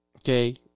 Okay